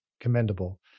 commendable